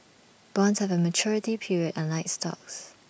bonds have A maturity period unlike stocks